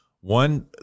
one